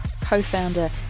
co-founder